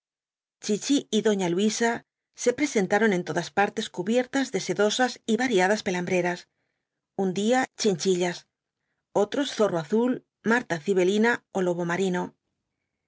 chichi y doña luisa se presentaron en todas partes cubiertas de sedosas y variadas pelambreras un día chinchillas otros zorro azul marta cibelina ó lobo marino